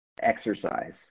exercise